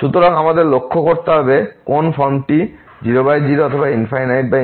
সুতরাং আমাদের লক্ষ্য করতে হবে কোন ফর্মটি 00 অথবা ∞